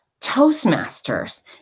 Toastmasters